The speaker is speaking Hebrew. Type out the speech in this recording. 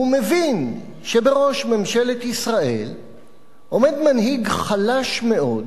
הוא מבין שבראש ממשלת ישראל עומד מנהיג חלש מאוד